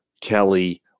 Kelly